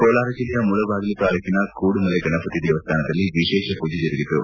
ಕೋಲಾರ ಜಿಲ್ಲೆಯ ಮುಳುಬಾಗಿಲು ತಾಲೂಕಿನ ಕೂಡುಮಲೆ ಗಣಪತಿ ದೇವಸ್ಥಾದಲ್ಲಿ ವಿಶೇಷ ಪೂಜೆ ಜರುಗಿತು